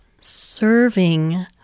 Serving